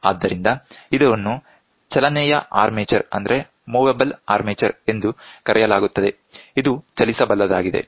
ಆದ್ದರಿಂದ ಇದನ್ನು ಚಲನೇಯ ಆರ್ಮೆಚರ್ ಎಂದು ಕರೆಯಲಾಗುತ್ತದೆ ಇದು ಚಲಿಸಬಲ್ಲದಾಗಿದೆ